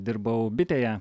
dirbau bitėje